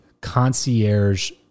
concierge